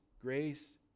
grace